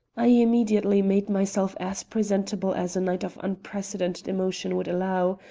i immediately made myself as presentable as a night of unprecedented emotions would allow,